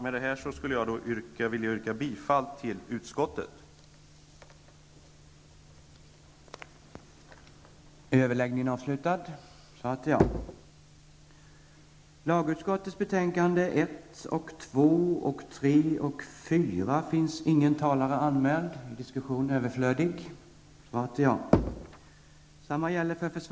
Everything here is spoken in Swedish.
Med detta yrkar jag bifall till utskottets hemställan.